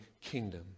kingdom